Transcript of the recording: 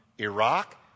Iraq